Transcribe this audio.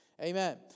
Amen